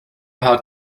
hart